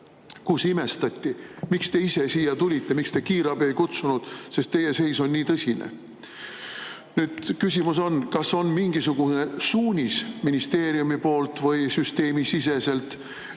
kus imestati, miks te ise siia tulite, miks te kiirabi ei kutsunud, teie seis on nii tõsine. Küsimus on: kas on mingisugune suunis ministeeriumi poolt või süsteemisiseselt,